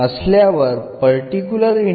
ഉദാഹരണത്തിന്